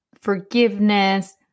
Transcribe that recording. forgiveness